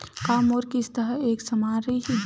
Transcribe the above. का मोर किस्त ह एक समान रही?